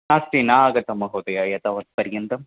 नास्ति न आगतं महोदय एतावत् पर्यन्तम्